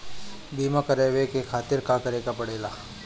बीमा करेवाए के खातिर का करे के पड़ेला?